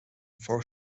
for